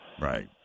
right